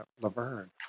Laverne